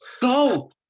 Go